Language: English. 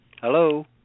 Hello